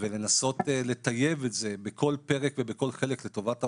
ולנסות לטייב את זה בכל פרק ובכל חלק לטובת העובד,